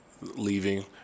leaving